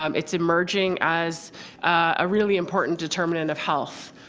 um it's emerging as a really important determinant of health.